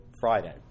Friday